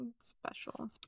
Special